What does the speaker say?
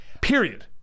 period